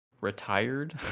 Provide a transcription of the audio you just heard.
retired